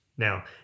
Now